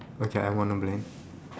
okay I wanna play